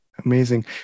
amazing